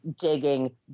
digging